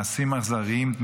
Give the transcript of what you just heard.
מעשים אכזריים,